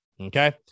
okay